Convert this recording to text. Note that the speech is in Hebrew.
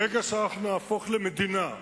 ברגע שאנחנו נהפוך למדינה,